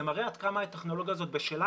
זה מראה עד כמה הטכנולוגיה הזאת בשלה.